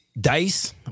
Dice